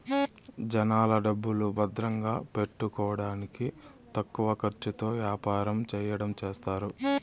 జనాల డబ్బులు భద్రంగా పెట్టుకోడానికి తక్కువ ఖర్చుతో యాపారం చెయ్యడం చేస్తారు